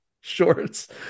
shorts